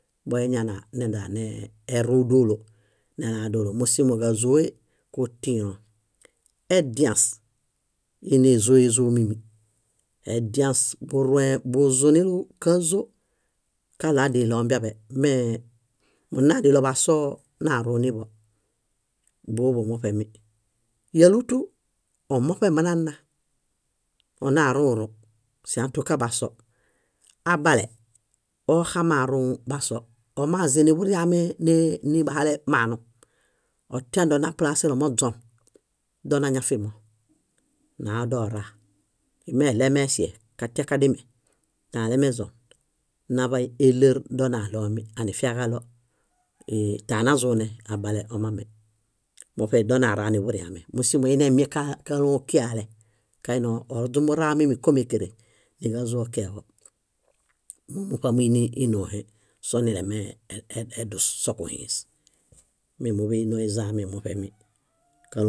Boeñananerũ dóolo músimoġazoe kutiilõ. Ediãs, énazoezomimi. Ediãs burũe buzunilu kázo kaɭoadiɭo ombiaḃe mee munaaduɭo baso narũniḃo bóoḃo muṗemi. Yálutu, oomuṗe manana, oonarũrũ, satukabaso. Abale, oxamarũ baso, omazim niḃuriame ni- nibahale maanu. Otindo naplaselomoźon, donañafimo, naodora. Imeɭemeŝe, katiakadime, tãalemezon, naḃay éleer donaɭome anifiaġaɭo ii- tãnazune, abale omame, moṗedonara niḃuriame. Mósimo inemieŋ ka- kálom kiale kaini oźumura mími kom ékeren, níġazo keeġo. Mómuṗamiini ínoohesonilemee e- e- edus soġuhĩs me múḃeinoo izamimuṗemi, ká